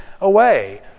away